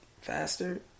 faster